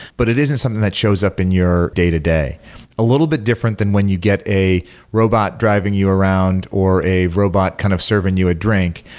but it isn't something that shows up in your day-to-day. a little bit different than when you get a robot driving you around or a robot kind of serving you a drink,